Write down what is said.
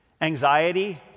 Anxiety